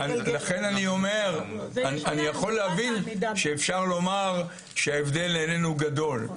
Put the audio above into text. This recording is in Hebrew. אני יכול להבין שאפשר לומר שההבדל איננו גדול.